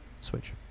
Switch